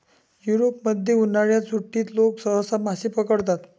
युरोपमध्ये, उन्हाळ्याच्या सुट्टीत लोक सहसा मासे पकडतात